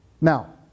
Now